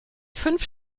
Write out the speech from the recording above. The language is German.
fünf